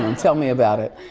and tell me about it.